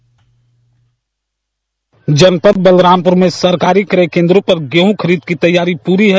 dispatch जनपद बलरामपुर में सरकारी क्रय केंद्रों पर गेहूं खरीद की तैयारी पूर्ण है